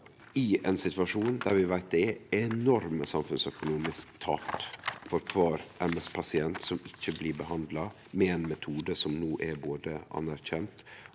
i ein situasjon der vi veit at det er enorme samfunnsøkonomiske tap for kvar MS-pasient som ikkje blir behandla – med ein metode som no er anerkjend,